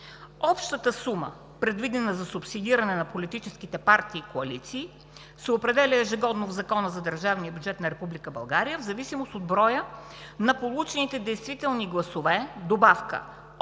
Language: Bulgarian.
„Общата сума, предвидена за субсидиране на политическите партии и коалиции, се определя ежегодно в Закона за държавния бюджет на Република България в зависимост от броя на получените действителни гласове – добавка